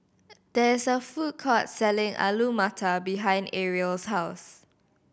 there is a food court selling Alu Matar behind Arielle's house